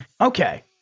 Okay